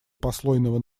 послойного